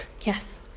Yes